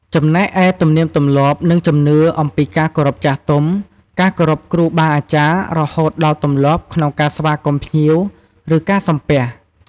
ចំណែកឯទំនៀមទម្លាប់ និងជំនឿអំពីការគោរពចាស់ទុំ ការគោរពគ្រូបាអាចារ្យ រហូតដល់ទម្លាប់ក្នុងការស្វាគមន៍ភ្ញៀវ ឬការសំពះ។